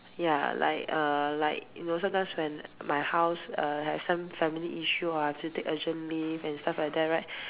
ya like err like you know sometimes when my house uh has some family issue ah I have to take urgent leave and stuff like that right